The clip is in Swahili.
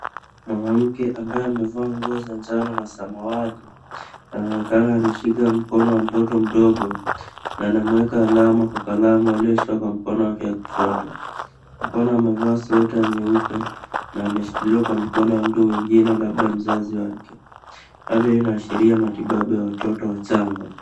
Mwanamke ambaye amevaa Nguo za njano na samawati anaonekana ameshika mkono wa mtoto mdogo na anamweka alama kwa kalamu alioshika kwa mkono wake wa kushoto. Mtoto amevaa Sweta nyeupe na ameshikiliwa kwa mkono na mtu mwingine labda mzazj wake. Hali hiyo inaashiria matibabu ya watoto wachanga.